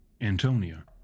Antonia